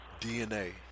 DNA